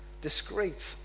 Discreet